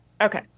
Okay